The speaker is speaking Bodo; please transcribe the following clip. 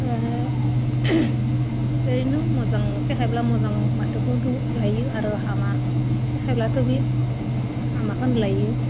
ओरैनो मोजां फोरोंब्ला मोजां माथोखौनो लायो आरो हामा फोरोंब्लाथ' बे हामाखौनो लायो